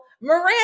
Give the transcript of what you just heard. Miranda